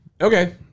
Okay